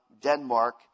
Denmark